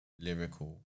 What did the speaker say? lyrical